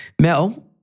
Mel